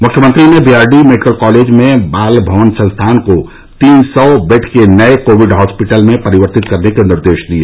मुख्यमंत्री ने B R D medical college में बाल भवन संस्थान को तीन सौ बेड के नए कोविड हॉस्पिटल में परिवर्तित करने के निर्देश दिए